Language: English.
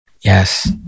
Yes